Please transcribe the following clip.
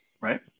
Right